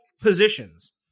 positions